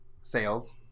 sales